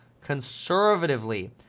conservatively